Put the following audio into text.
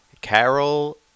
Carol